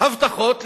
הבטחות לכסף,